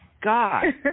God